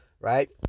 right